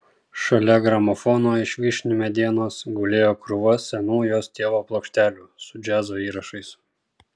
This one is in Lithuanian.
šalia gramofono iš vyšnių medienos gulėjo krūva senų jos tėvo plokštelių su džiazo įrašais